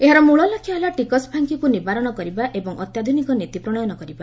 ଏହାର ମୂଳଲକ୍ଷ୍ୟ ହେଲା ଟିକସ ଫାଙ୍କିକୁ ନିବାରଣ କରିବା ଏବଂ ଅତ୍ୟାଧୁନିକ ନୀତି ପ୍ରଣୟନ କରିବା